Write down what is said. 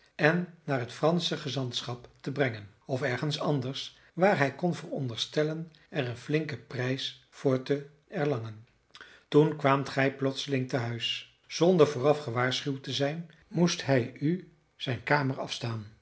en naar het fransche gezantschap te brengen of ergens anders waar hij kon veronderstellen er een flinken prijs voor te erlangen toen kwaamt gij plotseling te huis zonder vooraf gewaarschuwd te zijn moest hij u zijn kamer afstaan